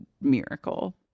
miracle